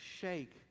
shake